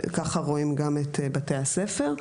ככה רואים גם את בתי הספר,